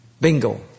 Bingo